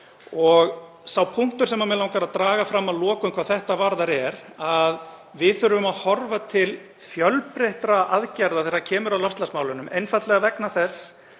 Sá punktur sem mig langar að draga fram að lokum hvað þetta varðar er að við þurfum að horfa til fjölbreyttra aðgerða þegar kemur að loftslagsmálunum, einfaldlega vegna þess